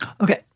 Okay